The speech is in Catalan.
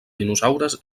dinosaures